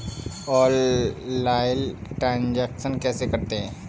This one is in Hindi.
ऑनलाइल ट्रांजैक्शन कैसे करते हैं?